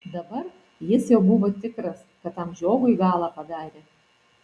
dabar jis jau buvo tikras kad tam žiogui galą padarė